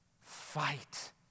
fight